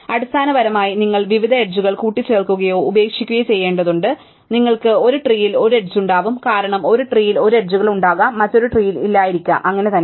അടിസ്ഥാനപരമായി നിങ്ങൾ വിവിധ എഡ്ജുകൾ കൂട്ടിച്ചേർക്കുകയോ ഉപേക്ഷിക്കുകയോ ചെയ്യേണ്ടതുണ്ട് നിങ്ങൾക്ക് ഒരു ട്രീൽ ഒരു എഡ്ജുകളുണ്ടാകും കാരണം ഒരു ട്രീൽ ഒരു എഡ്ജുകൾ ഉണ്ടാകാം മറ്റൊരു ട്രീൽ ഇല്ലായിരിക്കാം അങ്ങനെ തന്നെ